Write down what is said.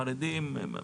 חרדים.